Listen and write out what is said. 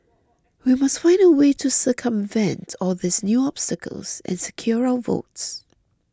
we must find a way to circumvent all these new obstacles and secure our votes